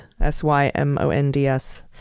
s-y-m-o-n-d-s